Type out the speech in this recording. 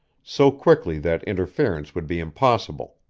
so quickly that interference would be impossible.